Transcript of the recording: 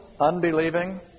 unbelieving